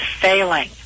failing